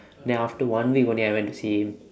then after one week only I went to see him